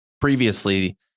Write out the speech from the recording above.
previously